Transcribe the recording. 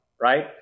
right